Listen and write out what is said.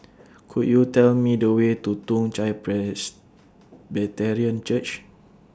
Could YOU Tell Me The Way to Toong Chai Presbyterian Church